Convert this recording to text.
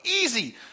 easy